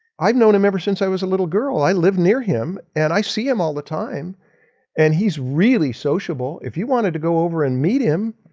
i've known him ever since i was a little girl. i live near him and i see him all the time and he's really sociable. if you wanted to go over and meet him,